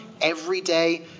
everyday